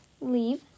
leave